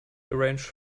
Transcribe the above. arrange